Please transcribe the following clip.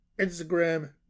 instagram